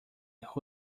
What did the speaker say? who